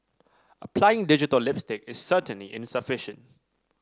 applying digital lipstick is certainly insufficient